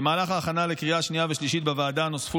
במהלך ההכנה לקריאה שנייה ושלישית בוועדה נוספו